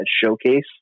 showcase